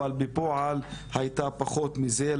אבל בפועל היא הייתה פחות מזה.